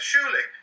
Surely